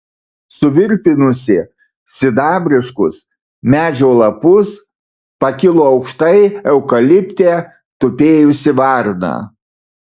suvirpinusi sidabriškus medžio lapus pakilo aukštai eukalipte tupėjusi varna